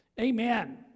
Amen